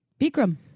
Bikram